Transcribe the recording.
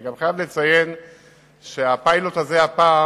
אני גם חייב לציין שהפיילוט הזה הפעם